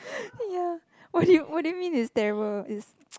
ya what do you what do you mean is stable is